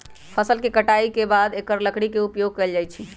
फ़सल के कटाई के बाद एकर लकड़ी के उपयोग कैल जाइ छइ